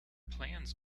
plans